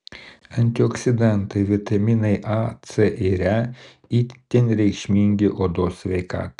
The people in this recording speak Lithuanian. antioksidantai vitaminai a c ir e itin reikšmingi odos sveikatai